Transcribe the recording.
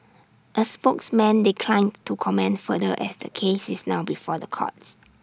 A spokesman declined to comment further as the case is now before the courts